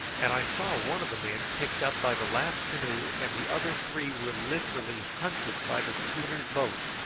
and i saw one of the men picked up by the last canoe, and the other three were literally hunted by the schooner's boat,